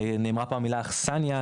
נאמרה פה המילה אכסניה,